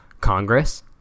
Congress